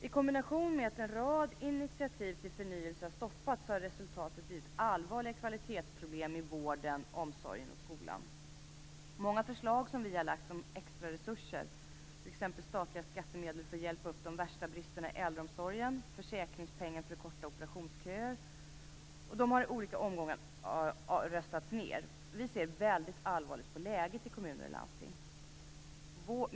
I kombination med att en rad initiativ till förnyelse har stoppats har resultatet blivit allvarliga kvalitetsproblem i vården, omsorgen och skolan. Många förslag som vi lagt fram om extra resurser, t.ex. statliga skattemedel för att hjälpa upp de värsta bristerna i äldreomsorgen och försäkringspengar för att korta operationsköer, har i olika omgångar röstats ner. Vi ser mycket allvarligt på läget i kommuner och landsting.